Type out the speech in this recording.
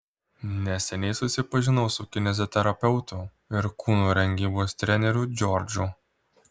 neseniai susipažinau su kineziterapeutu ir kūno rengybos treneriu džordžu